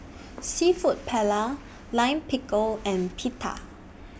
Seafood Paella Lime Pickle and Pita